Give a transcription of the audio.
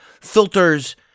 Filters